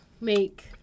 make